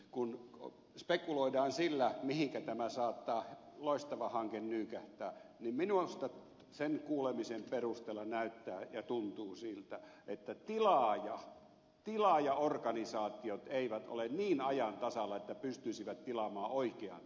kun spekuloidaan sillä mihinkä tämä loistava hanke saattaa nyykähtää niin minusta sen kuulemisen perusteella näyttää ja tuntuu siltä että tilaajaorganisaatiot eivät ole niin ajan tasalla että pystyisivät tilaamaanloikkia